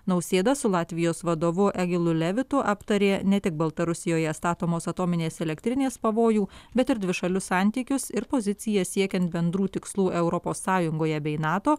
nausėda su latvijos vadovu egilu levitu aptarė ne tik baltarusijoje statomos atominės elektrinės pavojų bet ir dvišalius santykius ir poziciją siekiant bendrų tikslų europos sąjungoje bei nato